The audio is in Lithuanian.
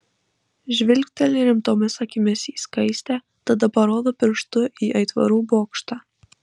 žvilgteli rimtomis akimis į skaistę tada parodo pirštu į aitvarų bokštą